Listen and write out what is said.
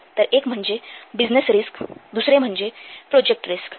तर एक म्हणजे बिझनेस रिस्क्स दुसरे म्हणजे प्रोजेक्ट रिस्क्स